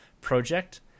project